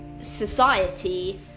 society